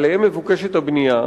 שעליהם מבוקשת הבנייה,